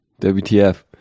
WTF